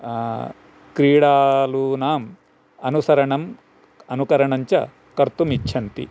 क्रीडालूनां अनुसरणं अनुकरणं च कर्तुमिच्छन्ति